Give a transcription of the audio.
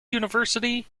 university